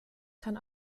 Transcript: kann